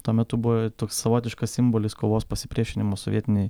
tuo metu buvo toks savotiškas simbolis kovos pasipriešinimo sovietinei